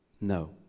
No